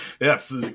Yes